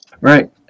Right